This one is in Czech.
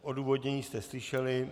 Odůvodnění jste slyšeli.